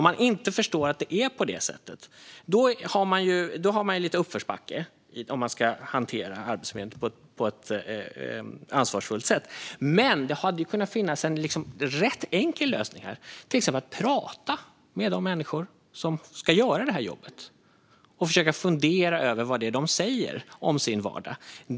Om man inte förstår att det är på det sättet har man lite uppförsbacke om man ska hantera Arbetsförmedlingen på ett ansvarsfullt sätt. Det hade kunnat finnas en rätt enkel lösning, till exempel att prata med de människor som ska göra det här jobbet och försöka fundera över vad de säger om sin vardag.